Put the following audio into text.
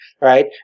right